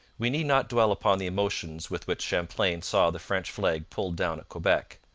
we need not dwell upon the emotions with which champlain saw the french flag pulled down at quebec.